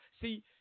See